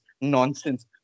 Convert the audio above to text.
nonsense